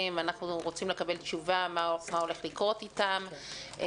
ואנחנו רוצים לקבל תשובה מה הולך לקרות איתם.